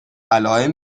علائم